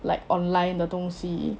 like online 的东西